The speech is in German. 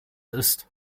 ist